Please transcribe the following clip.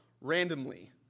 randomly